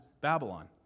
Babylon